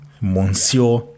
Monsieur